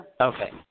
Okay